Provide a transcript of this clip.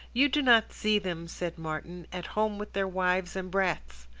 you do not see them, said martin, at home with their wives and brats.